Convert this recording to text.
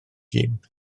hun